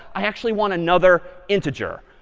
i actually want another integer.